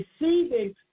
receiving